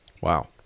Wow